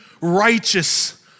righteous